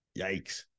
yikes